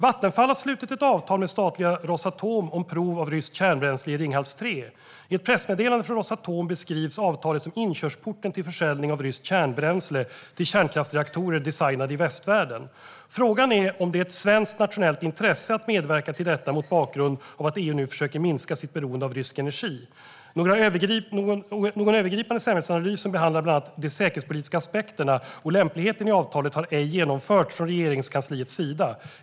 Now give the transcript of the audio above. "Vattenfall har slutit ett avtal med statliga Rosatom om prov av ryskt kärnbränsle i Ringhals 3. I ett pressmeddelande från Rosatom beskrivs avtalet som inkörsporten till försäljning av ryskt kärnbränsle till kärnkraftsreaktorer designade i västvärlden. Frågan är om det är ett svenskt nationellt intresse att medverka till detta mot bakgrund av att EU nu försöker minska sitt beroende av rysk energi. Någon övergripande säkerhetsanalys som behandlar bland annat de säkerhetspolitiska aspekterna och lämpligheten i avtalet har ej genomförts från Regeringskansliets sida.